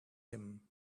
him